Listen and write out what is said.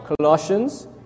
Colossians